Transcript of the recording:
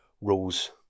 rules